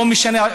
לא משנה.